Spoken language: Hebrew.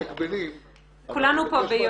הקושי שלך הוא בהתמודדות של סיטי בנק או בנק